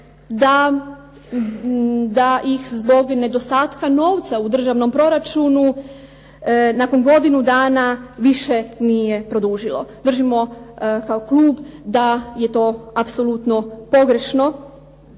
da ih zbog nedostatka novca u državnom proračunu nakon godinu dana više nije produžilo, držimo kao klub da je to apsolutno pogrešno